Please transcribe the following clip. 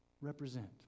represent